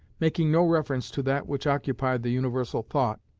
making no reference to that which occupied the universal thought,